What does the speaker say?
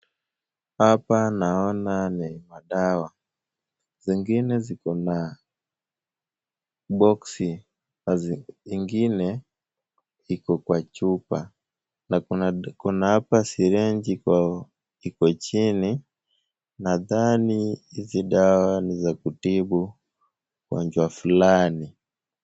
Hapa naoni ni dawa, zingine ziko na boksi ,ingine iko kwa chupa, na kuna hapa sireji iko chini. Nadhani hizi dawa ni ya kutibu ugonjwa fulani.